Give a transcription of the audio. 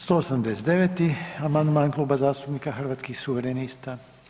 189. amandman, Kluba zastupnika Hrvatskih suverenista.